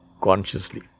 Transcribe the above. consciously